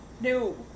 No